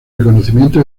reconocimiento